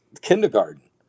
kindergarten